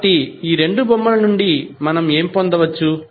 కాబట్టి ఈ రెండు బొమ్మల నుండి మనం ఏమి పొందవచ్చు